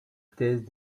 thèse